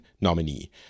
nominee